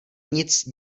nic